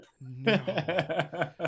No